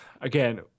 Again